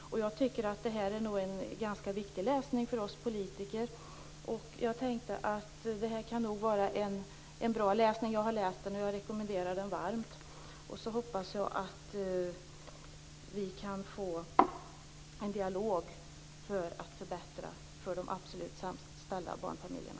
Jag tycker att det här nog är en ganska viktig läsning för oss politiker. Jag tänkte att det nog kan vara en bra läsning. Jag har läst rapporten och jag rekommenderar den varmt. Och så hoppas jag att vi kan få en dialog för att förbättra situationen för de absolut sämst ställda barnfamiljerna.